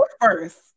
first